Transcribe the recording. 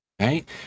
right